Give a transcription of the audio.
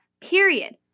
Period